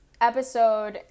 episode